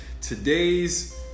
Today's